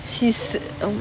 she's